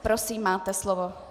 Prosím, máte slovo.